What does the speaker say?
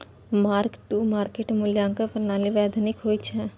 mark to market मूल्यांकन प्रणाली वैधानिक होइ छै